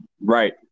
right